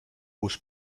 was